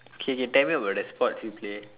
K K tell me about the sports you play